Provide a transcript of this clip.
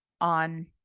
on